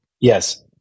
Yes